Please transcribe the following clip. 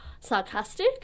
Sarcastic